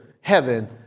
heaven